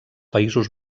països